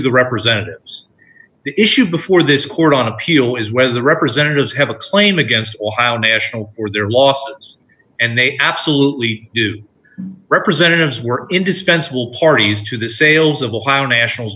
the representatives the issue before this court on appeal is whether the representatives have a claim against national or their law and they absolutely do representatives were indispensable parties to the sales of ohio nationals